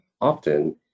often